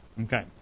Okay